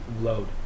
load